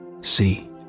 See